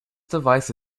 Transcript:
device